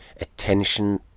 attention